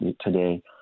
today